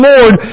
Lord